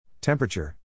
Temperature